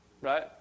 Right